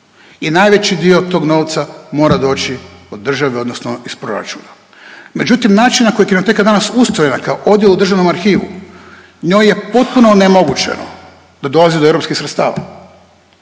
i najveći dio tog novca mora doći od države odnosno iz proračuna. Međutim, način na koji Kinoteka danas ustrojena kao odjel u Državnom arhivu njoj je potpuno onemogućeno da dolazi do europskih sredstava,